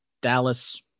Dallas